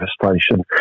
devastation